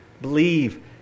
Believe